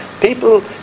people